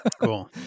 Cool